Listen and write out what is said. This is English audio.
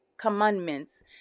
commandments